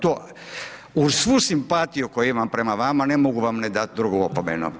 To uz svu simpatiju koju imam prema vama, ne mogu vam ne dati drugu opomenu.